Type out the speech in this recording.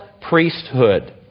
priesthood